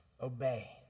obey